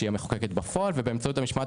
שם היא המחוקקת בפועל ובאמצעות משמעת